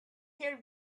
hear